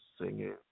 singing